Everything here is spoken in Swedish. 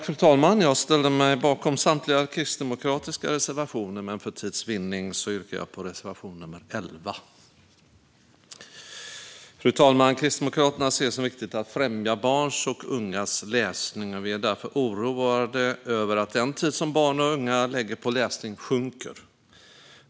Fru talman! Jag ställer mig bakom samtliga kristdemokratiska reservationer, men för tids vinnande yrkar jag bifall endast till reservation nummer 11. Fru talman! Kristdemokraterna ser det som viktigt att främja barns och ungas läsning. Vi är därför oroade över att den tid som barn och unga lägger på läsning sjunker.